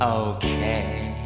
okay